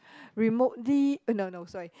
remotely no no sorry